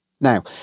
Now